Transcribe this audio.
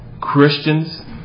Christians